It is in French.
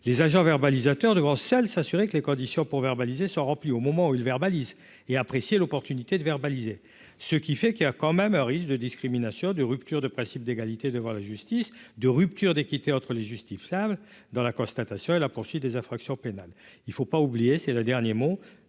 les agents verbalisateurs de grands salle s'assurer que les conditions pour verbaliser au moment où il verbalise et apprécier l'opportunité de verbaliser ce qui fait qu'il y a quand même un risque de discrimination de rupture de principe d'égalité devant la justice de rupture d'équité entre les justifiables dans la constatation et la poursuite des infractions pénales, il ne faut pas oublier, c'est le dernier mot,